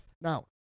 Now